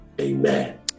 Amen